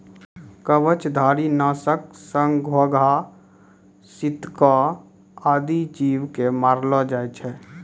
कवचधारी? नासक सँ घोघा, सितको आदि जीव क मारलो जाय छै